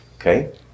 Okay